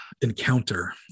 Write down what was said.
encounter